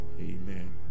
amen